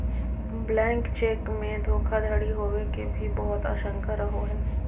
blank cheque मे धोखाधडी होवे के भी बहुत आशंका रहो हय